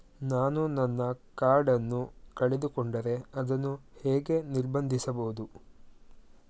ನಾನು ನನ್ನ ಕಾರ್ಡ್ ಅನ್ನು ಕಳೆದುಕೊಂಡರೆ ಅದನ್ನು ಹೇಗೆ ನಿರ್ಬಂಧಿಸಬಹುದು?